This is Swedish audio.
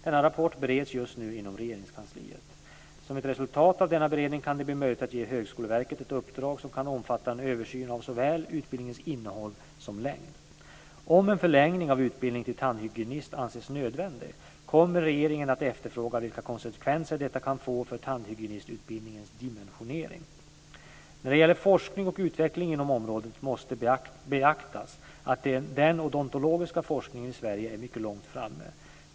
Denna rapport bereds just nu inom Regeringskansliet. Som ett resultat av denna beredning kan det bli möjligt att ge Högskoleverket ett uppdrag som kan omfatta en översyn av såväl utbildningens innehåll som längd. Om en förlängning av utbildningen till tandhygienist anses nödvändig, kommer regeringen att efterfråga vilka konsekvenser detta kan få för tandhygienistutbildningens dimensionering. När det gäller forskning och utveckling inom området måste beaktas att den odontologiska forskningen i Sverige är mycket långt framme.